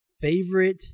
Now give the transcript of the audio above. Favorite